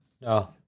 No